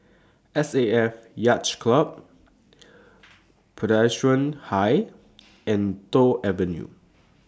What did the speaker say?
S A F Yacht Club Presbyterian High and Toh Avenue